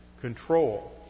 control